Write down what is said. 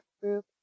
group